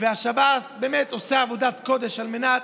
השב"ס עושה עבודת קודש על מנת